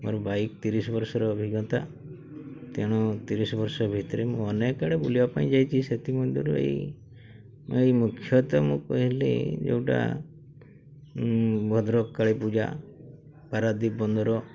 ମୋର ବାଇକ୍ ତିରିଶି ବର୍ଷର ଅଭିଜ୍ଞତା ତେଣୁ ତିରିଶି ବର୍ଷ ଭିତରେ ମୁଁ ଅନେକ ଆଡ଼େ ବୁଲିବା ପାଇଁ ଯାଇଛି ସେଥିମଧ୍ୟରୁ ଏଇ ଏଇ ମୁଖ୍ୟତଃ ମୁଁ କହିଲି ଯେଉଁଟା ଭଦ୍ରକଳୀ ପୂଜା ପାରାଦ୍ୱୀପ ବନ୍ଦର